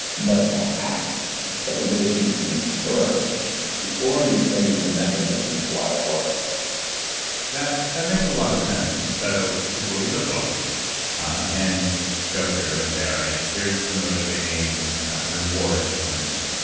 but the hack of celebration came first before understanding the mechanism of why it worked that that makes a lot of sense. and so, people read the book and go through and say, all right, here's the motivating reward for me,